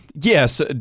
Yes